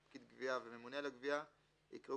"פקיד גבייה" ו"ממונה על הגבייה" יקראו